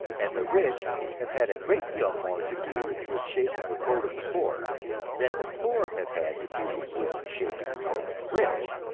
and the rich have had a great deal more to do with shaping the code of the poor than the poor have had to do with shaping the code of the rich.